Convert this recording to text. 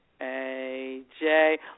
AJ